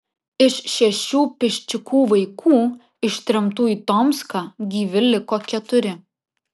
iš šešių piščikų vaikų ištremtų į tomską gyvi liko keturi